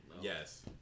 yes